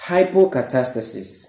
Hypocatastasis